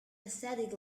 pathetic